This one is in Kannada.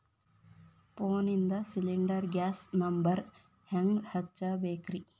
ಫೋನಿಂದ ಸಿಲಿಂಡರ್ ಗ್ಯಾಸ್ ನಂಬರ್ ಹೆಂಗ್ ಹಚ್ಚ ಬೇಕ್ರಿ?